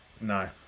No